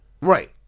Right